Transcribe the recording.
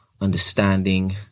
understanding